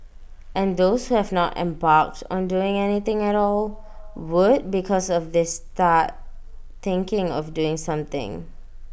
and those who have not embarked on doing anything at all would because of this start thinking of doing something